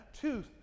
tooth